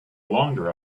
longer